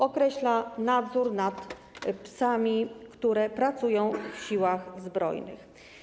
Określa się nadzór nad psami, które pracują w Siłach Zbrojnych.